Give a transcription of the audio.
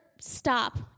stop